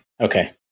Okay